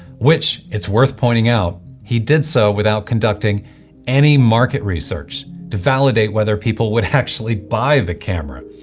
which it's worth pointing out, he did so without conducting any market research to validate whether people would actually buy the camera.